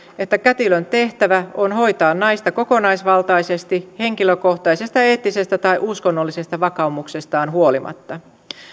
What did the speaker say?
että kätilön tehtävä on hoitaa naista kokonaisvaltaisesti henkilökohtaisesta eettisestä tai uskonnollisesta vakaumuksestaan huolimatta